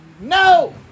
No